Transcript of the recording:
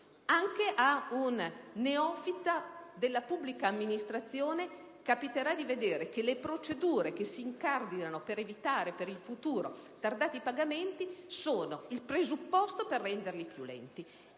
Anche a un neofita della pubblica amministrazione capiterà di vedere che le procedure che si incardinano per evitare in futuro tardati pagamenti sono il presupposto per renderli più lenti.